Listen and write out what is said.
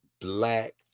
black